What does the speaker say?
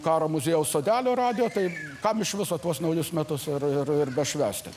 karo muziejaus sodelio radijo tai kam iš viso tuos naujus metus ir ir švęsti